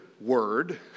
word